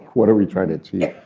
what are we trying to achieve?